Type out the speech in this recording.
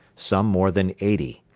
some more than eighty.